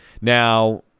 Now